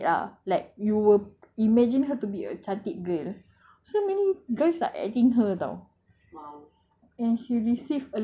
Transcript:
when she wear niqab dia nampak cantik lah like you will imagine her to be a cantik girl so many girls are adding her [tau]